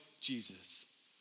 Jesus